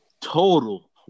total